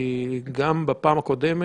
ביקשתי,